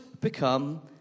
become